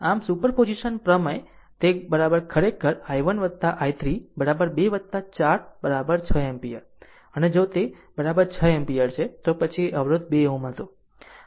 આમ સુપરપોઝિશન પ્રમેય તે ખરેખર i1 i3 2 4 6 એમ્પીયર અને જો તે 6 એમ્પીયર છે તો પછી અવરોધ 2 Ω હતો